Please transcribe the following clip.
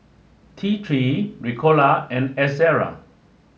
T three Ricola and Ezerra